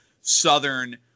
Southern